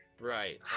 Right